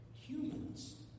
humans